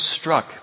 struck